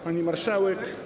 Pani Marszałek!